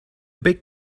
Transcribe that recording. big